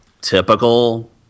typical